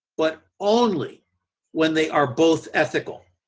but only when they are both ethical.